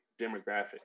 demographic